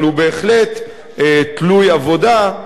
אבל הוא בהחלט תלוי עבודה,